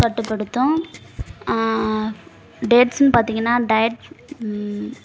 கட்டுப்படுத்தும் டேட்ஸுன்னு பார்த்திங்கன்னா டயட்